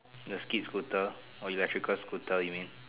the skate scooter or electrical scooter you mean